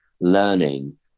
learning